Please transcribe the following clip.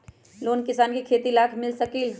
Loan किसान के खेती लाख मिल सकील?